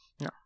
No